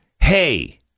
Hey